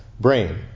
brain